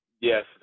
Yes